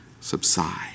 subside